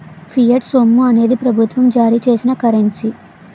fiat సొమ్ము అనేది ప్రభుత్వం జారీ చేసిన కరెన్సీ